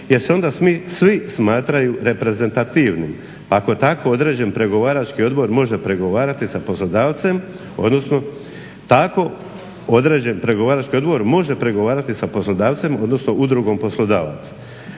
Jer se onda svi smatraju reprezentativnim, ako tako određen pregovarački odbor može pregovarati sa poslodavcem, odnosno tako određen